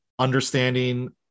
understanding